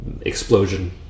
explosion